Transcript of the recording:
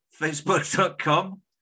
Facebook.com